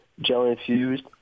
gel-infused